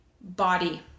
body